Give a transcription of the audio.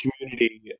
community